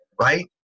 right